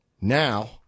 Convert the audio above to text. now